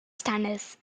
standards